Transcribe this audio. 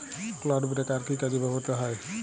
Clod breaker কি কাজে ব্যবহৃত হয়?